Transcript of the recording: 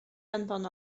anfon